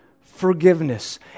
forgiveness